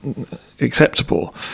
acceptable